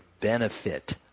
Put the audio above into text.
benefit